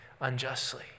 unjustly